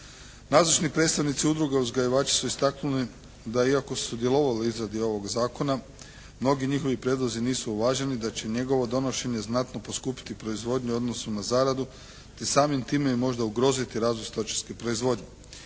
Nazočni predstavnici udruga uzgajivači su istaknuli da iako su sudjelovali u izradi ovog zakona mnogi njihovi prijedlozi nisu uvaženi da će njegovo donošenje znatno poskupiti proizvodnju u odnosu na zaradu, te samim time i možda ugroziti razvoj stočarske proizvodnje.